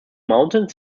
mountains